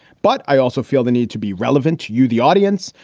but i also feel the need to be relevant to you, the audience,